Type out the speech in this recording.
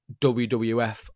WWF